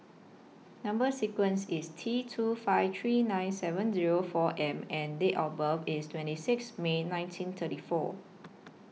Number sequence IS T two five three nine seven Zero four M and Date of birth IS twenty six May nineteen thirty four